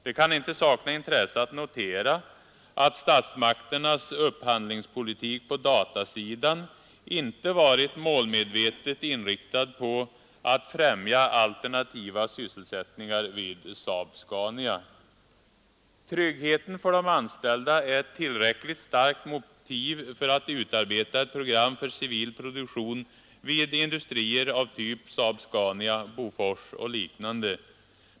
Det kan inte sakna intresse att notera att statsmakternas upphandlingspolitik på datasidan inte varit målmedvetet inriktat på att främja alternativa sysselsättningar vid Saab-Scania. Tryggheten för de anställda är ett tillräckligt starkt motiv för att utarbeta ett program för civil produktion vid industrier av typ Saab-Scania, Bofors och liknande.